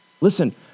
Listen